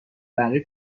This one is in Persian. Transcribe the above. بقیه